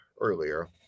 earlier